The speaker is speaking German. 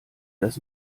das